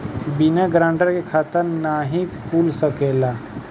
बिना गारंटर के खाता नाहीं खुल सकेला?